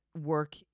work